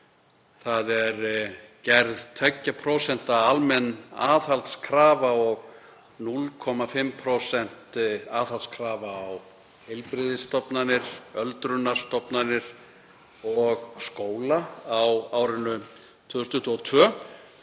Gerð er 2% almenn aðhaldskrafa og 0,5% aðhaldskrafa á heilbrigðisstofnanir, öldrunarstofnanir og skóla á árinu 2022